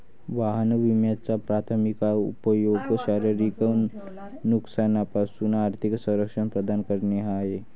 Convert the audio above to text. वाहन विम्याचा प्राथमिक उपयोग शारीरिक नुकसानापासून आर्थिक संरक्षण प्रदान करणे हा आहे